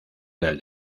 del